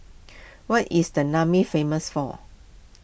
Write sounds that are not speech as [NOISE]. [NOISE] what is the Niamey famous for